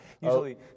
usually